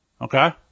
Okay